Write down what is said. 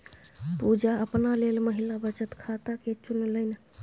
पुजा अपना लेल महिला बचत खाताकेँ चुनलनि